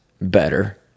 better